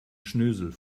schnösel